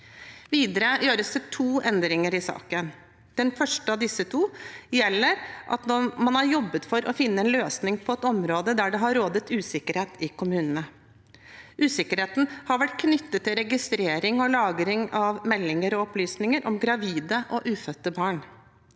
Videre gjøres det to endringer i saken. Den første av disse to gjelder at man har jobbet for å finne en løsning på et område der det har rådet usikkerhet i kommunene. Usikkerheten har vært knyttet til registrering og lagring av meldinger og opplysninger om gravide og ufødte barn.